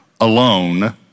alone